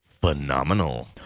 phenomenal